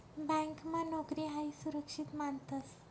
ब्यांकमा नोकरी हायी सुरक्षित मानतंस